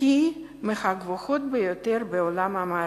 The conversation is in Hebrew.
היא מהגבוהות ביותר בעולם המערבי,